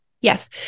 Yes